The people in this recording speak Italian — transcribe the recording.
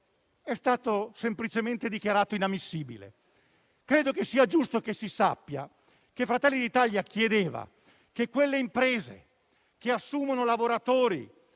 è stato semplicemente dichiarato inammissibile. Credo che sia giusto che si sappia che Fratelli d'Italia chiedeva, se aveste accolto il nostro